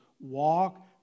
walk